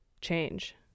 change